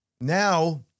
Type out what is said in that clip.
now